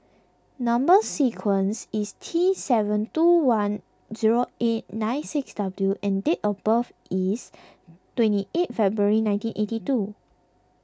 Number Sequence is T seven two one zero eight nine six W and date of birth is twenty eight February nineteen eighty two